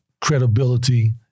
credibility